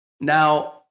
now